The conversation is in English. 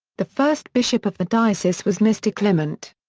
the first bishop of the diocese was mr. kliment.